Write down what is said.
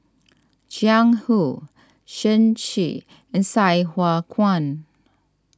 Jiang Hu Shen Xi and Sai Hua Kuan